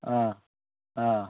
ആ ആ